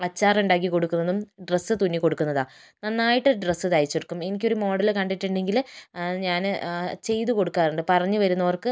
അച്ചാർ ഉണ്ടാക്കി കൊടുക്കുന്നതും ഡ്രസ്സ് തുന്നി കൊടുക്കുന്നതാണ് നന്നായിട്ട് ഡ്രസ്സ് തയ്ച്ച്കൊടുക്കും എനിക്കൊരു മോഡൽ കണ്ടിട്ടുണ്ടെങ്കിൽ ഞാൻ ചെയ്തു കൊടുക്കാറുണ്ട് പറഞ്ഞു വരുന്നവർക്ക്